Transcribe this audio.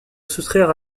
soustraire